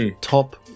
top